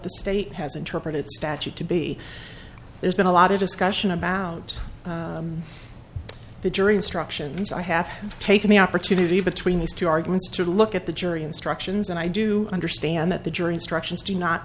the state has interpreted statute to be there's been a lot of discussion about the jury instructions i have taken the opportunity between these two arguments to look at the jury instructions and i do understand that the jury instructions do not